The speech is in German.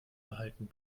erhalten